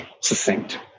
succinct